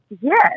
Yes